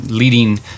leading